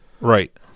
Right